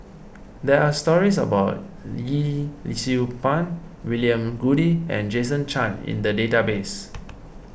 there are stories about Yee Siew Pun William Goode and Jason Chan in the database